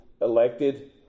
elected